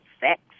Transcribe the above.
sex